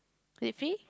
the fee